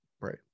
Right